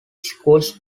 schools